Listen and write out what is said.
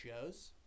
shows